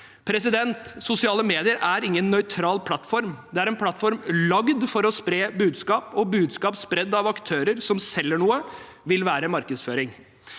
ei. Sosiale medier er ingen nøytral plattform. Det er en plattform lagd for å spre budskap, og budskap spredd av aktører som selger noe, vil være markedsføring.